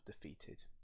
defeated